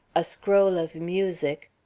a scroll of music,